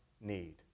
need